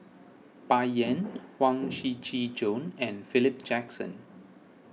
Bai Yan Huang Shiqi Joan and Philip Jackson